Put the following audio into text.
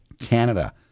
Canada